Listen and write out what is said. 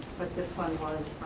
but this one was